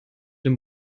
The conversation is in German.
dem